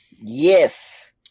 Yes